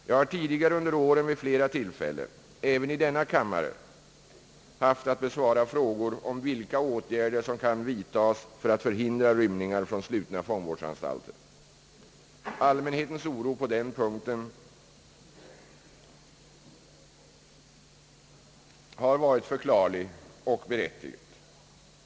Jag har tidigare under åren vid flera tillfällen — även i denna kammare — haft att besvara frågor om vilka åtgärder som kan vidtas för att förhindra rymningar från slutna fångvårdsanstalter. Allmänhetens oro på denna punkt har varit förklarlig och berättigad.